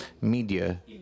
media